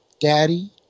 Daddy